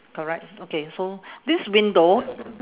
correct okay so this window